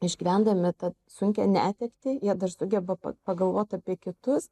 išgyvendami tą sunkią netektį jie dar sugeba pagalvot apie kitus